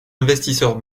investisseurs